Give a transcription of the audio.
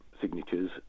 signatures